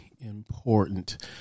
important